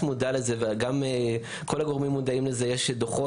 זה ענייני ועדות.